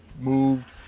moved